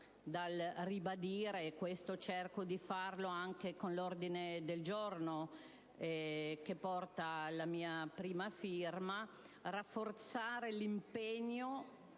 dal ribadire - questo cerco di farlo anche con l'ordine del giorno G1 che porta la mia prima firma - e rafforzare l'impegno